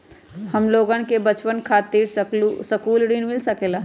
हमलोगन के बचवन खातीर सकलू ऋण मिल सकेला?